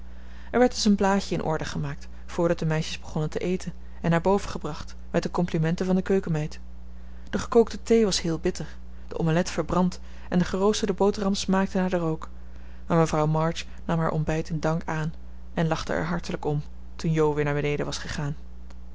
er werd dus een blaadje in orde gemaakt voordat de meisjes begonnen te eten en naar boven gebracht met de complimenten van de keukenmeid de gekookte thee was heel bitter de omelet verbrand en de geroosterde boterham smaakte naar den rook maar mevrouw march nam haar ontbijt in dank aan en lachte er hartelijk om toen jo weer naar beneden was gegaan